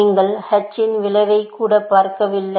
நீங்கள் h இன் விளைவைக் கூட பார்க்கவில்லை